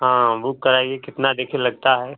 हाँ बुक कराइए कितना देखें लगता है